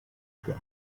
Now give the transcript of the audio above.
them